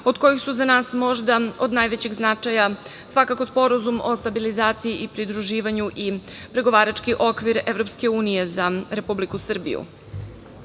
od kojih su za nas možda od najvećeg značaja svakako Sporazum o stabilizaciji i pridruživanju i Pregovarački okvir Evropske unije za Republiku